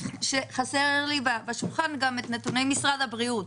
חסרים לי בשולחן את נתוני משרד הבריאות.